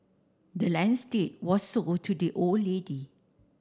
the land's deed were sold to the old lady